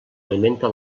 alimenta